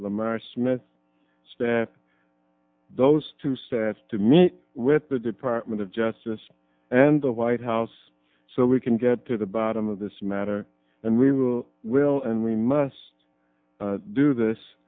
lamar smith staff those two steps to meet with the department of justice and the white house so we can get to the bottom of this matter and we will will and we must do this